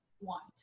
want